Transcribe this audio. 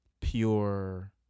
pure